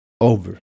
over